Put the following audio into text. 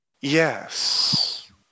Yes